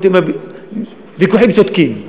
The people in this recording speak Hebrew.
הייתי אומר ויכוחים צודקים,